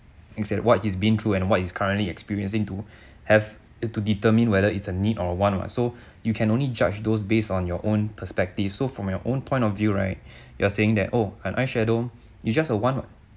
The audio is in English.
as in what he's been through and what he's currently experiencing to have it to determine whether it's a need or a want what so you can only judge those based on your own perspective so from your own point of view right you're saying that oh an eyeshadow is just a want what